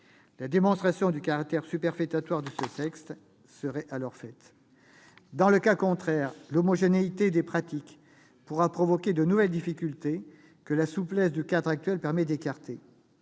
La démonstration du caractère superfétatoire de ce texte serait alors faite. Dans le cas contraire, l'homogénéité des pratiques pourra provoquer de nouvelles difficultés, que la souplesse du cadre actuel permet d'écarter.